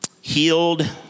Healed